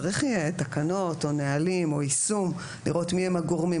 צריך יהיה תקנות או נהלים או יישום לראות מי הם הגורמים,